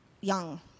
young